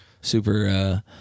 Super